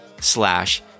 slash